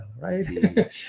right